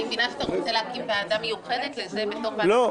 אני מבינה שאתה רוצה להקים ועדה מיוחדת לזה בתוך --- לא,